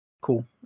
Cool